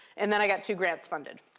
and then i got two grants funded.